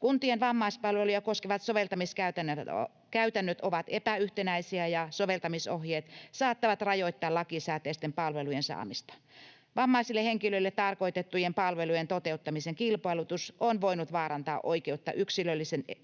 Kuntien vammaispalveluja koskevat soveltamiskäytännöt ovat epäyhtenäisiä ja soveltamisohjeet saattavat rajoittaa lakisääteisten palvelujen saamista. Vammaisille henkilöille tarkoitettujen palvelujen toteuttamisen kilpailutus on voinut vaarantaa oikeutta